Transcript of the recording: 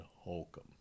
Holcomb